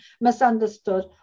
misunderstood